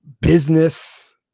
business